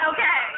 Okay